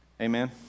Amen